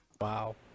Wow